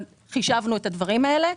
אבל חישבנו את הדברים האלה.